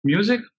Music